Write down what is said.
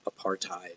apartheid